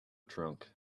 trunk